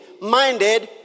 minded